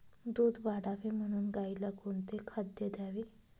दूध वाढावे म्हणून गाईला कोणते खाद्य द्यावे?